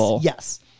Yes